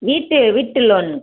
வீட்டு வீட்டு லோன்